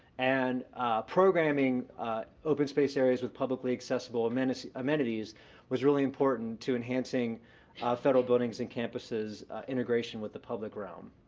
and programming open space areas with publicly accessible amenities amenities was really important to enhancing federal buildings and campuses' integration with the public realm.